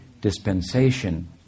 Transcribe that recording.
dispensation